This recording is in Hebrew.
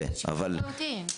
זה שונה לחלוטין.